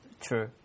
True